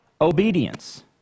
obedience